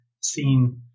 seen